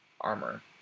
armor